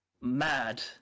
Mad